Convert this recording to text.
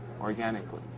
organically